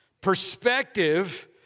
Perspective